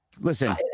listen